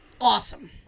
awesome